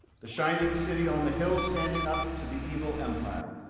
the shining city on the hill standing up to the evil empire.